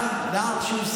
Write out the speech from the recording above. זה נער, נער שהוא סבא.